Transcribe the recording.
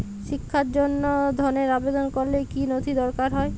শিক্ষার জন্য ধনের আবেদন করলে কী নথি দরকার হয়?